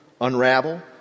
unravel